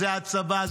זה הצבא,